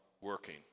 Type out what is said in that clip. working